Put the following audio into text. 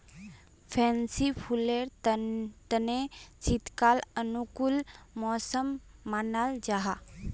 fancy फुलेर तने शीतकाल अनुकूल मौसम मानाल जाहा